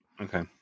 Okay